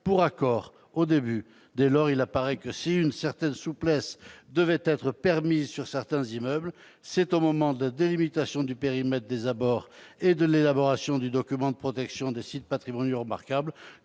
pour accord, au début. Dès lors, il apparaît que, si une certaine souplesse devait être permise avec certains immeubles, c'est au moment de la délimitation du périmètre des abords et de l'élaboration du document de protection de sites patrimoniaux remarquables